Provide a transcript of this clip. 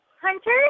Hunter